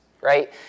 right